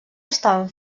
estaven